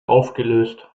aufgelöst